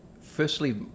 Firstly